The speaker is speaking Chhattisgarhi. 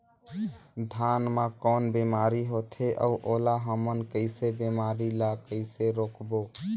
धान मा कौन बीमारी होथे अउ ओला हमन कइसे बीमारी ला कइसे रोकबो?